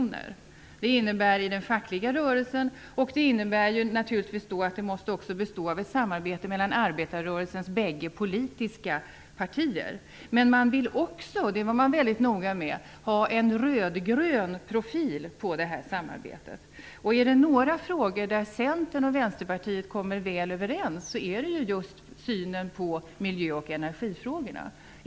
Det innebär att det skall vara förankrat i den fackliga rörelsen, och det innebär naturligtvis också att det måste bestå av ett samarbete mellan arbetarrörelsens bägge politiska partier. Men man vill också, och det var man väldigt noga med, ha en rödgrön profil på det här samarbetet. Och är det några frågor där Centern och Vänsterpartiet kommer väl överens så är det just i synen på miljö och energifrågorna.